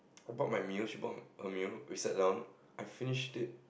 I bought my meal she bought her meal we sat down I finished it